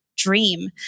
dream